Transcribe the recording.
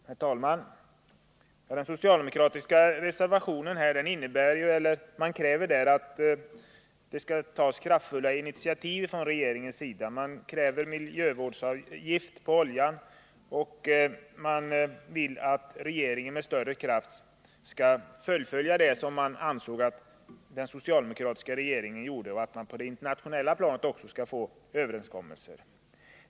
Herr talman! I den socialdemokratiska reservationen krävs att regeringen skall ta kraftfulla initiativ. Reservanterna kräver en miljövårdsavgift på olja, och man vill att regeringen med större kraft skall fullfölja det arbete som man anser att den socialdemokratiska regeringen påbörjade. Reservanterna vill också att regeringen på det internationella planet skall försöka få till stånd överenskommelser.